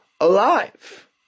alive